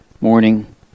morning